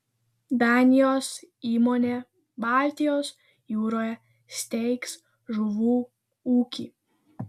danijos įmonė baltijos jūroje steigs žuvų ūkį